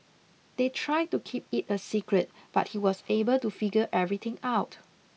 they tried to keep it a secret but he was able to figure everything out